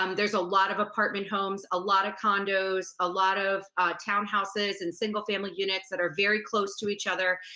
um there's a lot of apartment homes, a lot of condos, a lot of townhouses and single family units that are very close to each other.